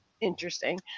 interesting